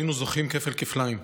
היינו זוכים כפל-כפליים.